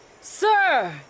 sir